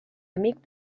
amic